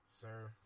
Sir